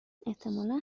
احتمالا